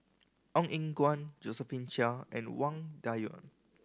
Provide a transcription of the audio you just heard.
Ong Eng Guan Josephine Chia and Wang Dayuan